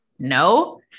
No